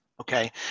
Okay